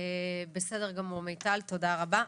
בסדר גמור מיטל, תודה רבה.